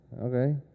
Okay